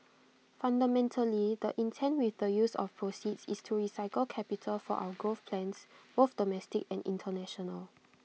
fundamentally the intent with the use of proceeds is to recycle capital for our growth plans both domestic and International